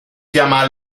chiama